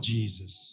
Jesus